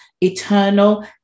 Eternal